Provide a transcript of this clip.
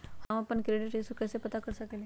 हम अपन credit score कैसे पता कर सकेली?